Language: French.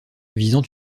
visant